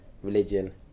Religion